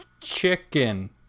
chicken